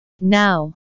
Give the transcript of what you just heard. Now